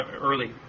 early